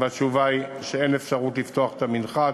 והתשובה היא שאין אפשרות לפתוח את המנחת,